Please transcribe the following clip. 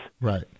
Right